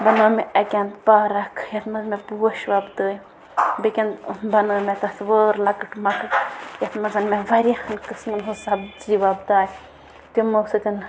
بنٲو مےٚ اَکہِ اَنٛدٕ پارَک یَتھ منٛز مےٚ پوش وۄپدٲے بیٚیہِ کہِ اَنٛدٕ بنٲو مےٚ تَتھ وٲر لۄکٕٹ مۄکٕٹ یَتھ منٛز مےٚ واریاہ قٕسمَن ہٕنٛز سبزی وۄپدایہِ تِمو سۭتۍ